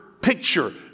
picture